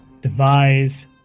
devise